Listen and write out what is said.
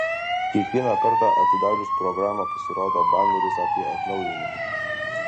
kiekvieną kartą atidarius programą pasirodo baneris apie atnaujinimus